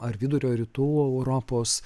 ar vidurio rytų europos